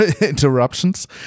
interruptions